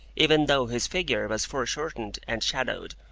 even though his figure was foreshortened and shadowed,